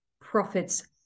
profits